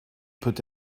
peut